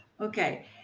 Okay